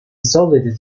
solid